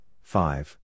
five